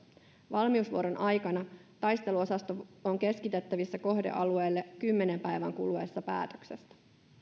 valmiusvuoron aikana taisteluosasto on keskitettävissä kohdealueelle kymmenen päivän kuluessa päätöksestä